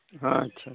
ᱟᱪᱪᱷᱟ ᱪᱷᱟ